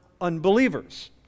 unbelievers